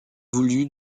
voulu